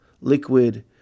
Liquid